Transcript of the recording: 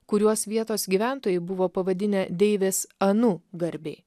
kuriuos vietos gyventojai buvo pavadinę deivės anu garbei